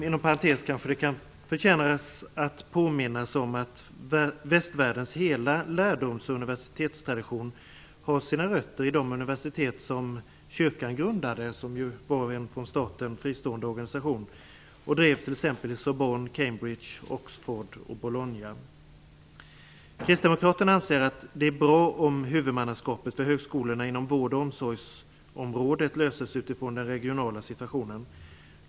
Inom parentes sagt kanske det förtjänar att påminnas om att västvärldens hela lärdoms och universitetstradition har sina rötter i de universitet som kyrkan grundade som ju var en från staten fristående organisation. Kyrkan drev t.ex. Kristdemokraterna anser att det är bra om huvudmannaskapet för högskolorna inom vård och omsorgsområdet löses utifrån den regionala situationen.